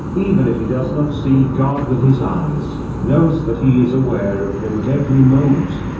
even if he does not see god with his eyes, knows that he is aware of him at every moment.